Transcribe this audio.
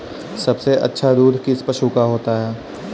सबसे अच्छा दूध किस पशु का होता है?